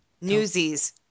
Newsies